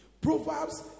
Proverbs